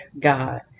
God